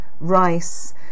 rice